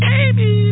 Baby